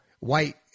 White